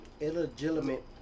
Illegitimate